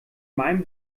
meinem